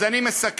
אז אני מסכם: